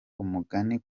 umugani